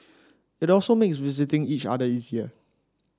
it also makes visiting each other easier